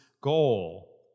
goal